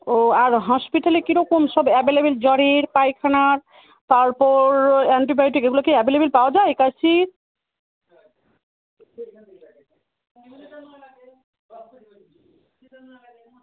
ও আর হসপিটালে কীরকম সব অ্যাবেলেবেল জ্বরের পায়খানার তারপর অ্যান্টিবায়োটিক এগুলো কি অ্যাবেলেবেল পাওয়া যায় কাশির